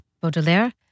Baudelaire